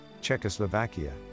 Czechoslovakia